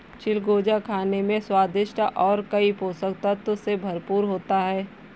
चिलगोजा खाने में स्वादिष्ट और कई पोषक तत्व से भरपूर होता है